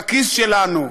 בכיס שלנו.